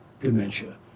dementia